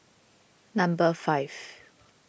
number five